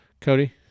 Cody